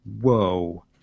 whoa